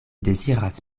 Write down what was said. deziras